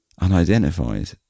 unidentified